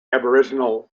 aboriginal